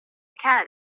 cat